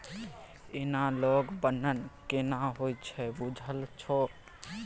Analogue बन्न केना होए छै बुझल छौ?